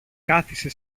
κάθισε